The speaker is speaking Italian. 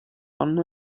anno